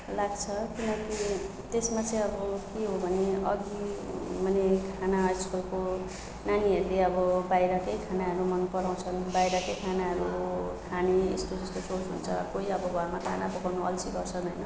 लाग्छ किनकि त्यसमा चाहिँ अब के हो भने अघि माने खाना आजकलको नानीहरूले अब बाहिरकै खानाहरू मनपराउँछन् बाहिरको खानुहरू खाने यस्तो त्यस्तो सोच हुन्छ कोही अब घरमा खाना पकाउनु अल्छी गर्छन् होइन